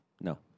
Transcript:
No